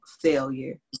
Failure